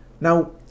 now